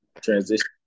transition